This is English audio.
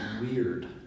weird